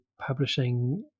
publishing